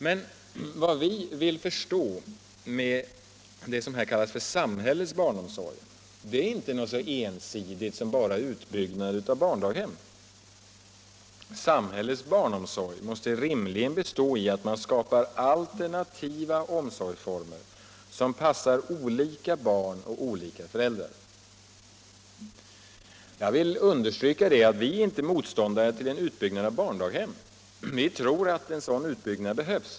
Men vad vi vill förstå med ”samhällets barnomsorg” är inte något så ensidigt som bara utbyggnaden av barndaghem. Samhällets barnomsorg måste rimligen bestå i att man skapar alternativa omsorgsformer som passar olika barn och olika föräldrar. Jag vill understryka att vi inte är motståndare till en utbyggnad av barndaghem. Vi tror att en sådan utbyggnad behövs.